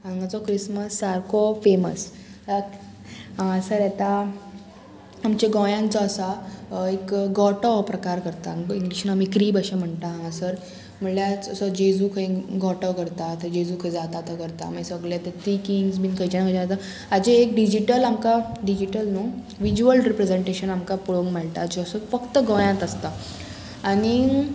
हांगाचो क्रिसमस सारको फेमस हांगासर येता आमच्या गोंयांत जो आसा एक गोठो हो प्रकार करता इंग्लिशीन आमी क्रीब अशें म्हणटा हांगासर म्हणल्यार असो जेजू खंय गोठो करता थंय जेजू खंय जाता तो करता मागीर सगळे ते थ्री किंग्स बीन खंयच्यान खंयच्या जाता हेजें एक डिजीटल आमकां डिजीटल न्हू विज्युअल रिप्रेजेंटेशन आमकां पळोवंक मेळटा जे असो फक्त गोंयांत आसता आनी